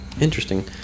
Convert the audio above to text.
interesting